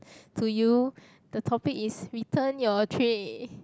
to you the topic is return your tray